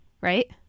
right